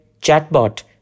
chatbot